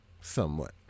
Somewhat